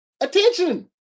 Attention